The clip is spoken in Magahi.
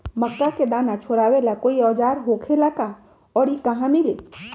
मक्का के दाना छोराबेला कोई औजार होखेला का और इ कहा मिली?